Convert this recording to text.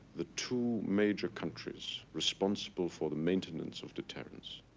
the two major countries responsible for the maintenance of deterrence.